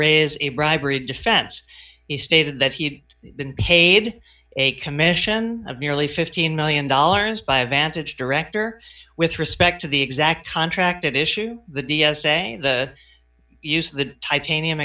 raise a bribery defense he stated that he'd been paid a commission of nearly fifteen million dollars by a vantage director with respect to the exact contracted issue the d s a the use of the titanium